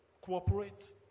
Cooperate